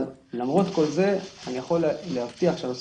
אבל למרות כל זה אני יכול להבטיח שהנושא